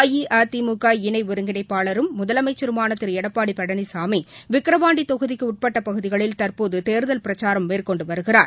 அஇஅதிமுக இணை ஒருங்கிணைப்பாளரும் முதலமைச்சருமான திரு எடப்பாடி பழனிசாமி விக்கிரவாண்டி தொகுதிக்குட்பட்ட பகுதிகளில் தற்போது தேர்தல் பிரச்சாரம் மேற்கொண்டு வருகிறார்